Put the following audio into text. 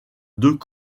deux